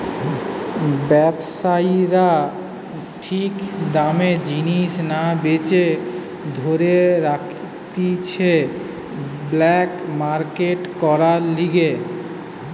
ব্যবসায়ীরা ঠিক দামে জিনিস না বেচে ধরে রাখতিছে ব্ল্যাক মার্কেট করার লিগে